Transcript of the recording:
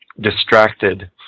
distracted